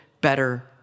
better